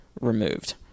removed